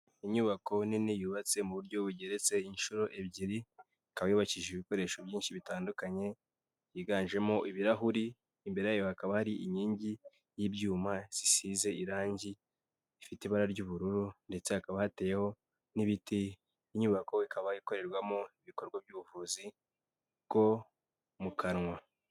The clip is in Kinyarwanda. Inyubako nini yubatse mu buryo bugeretse inshuro ebyiri, ikaba yubakishije ibikoresho byinshi bitandukanye yiganjemo ibirahuri, imbere yayo hakaba ari inkingi y'ibyuma zisize irangi ifite ibara ry'ubururu, ndetse hakaba hateyeho n'ibiti. Inyubako ikaba ikorerwamo ibikorwa by'ubuvuzi bwo mu kanwa.